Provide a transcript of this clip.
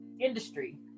industry